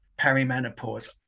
perimenopause